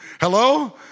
hello